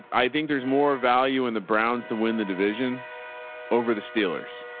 i think there's more value in the browns, the win, the division over the steelers.